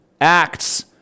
acts